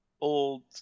old